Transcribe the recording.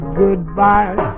goodbye